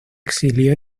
exilió